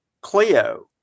Clio